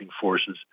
forces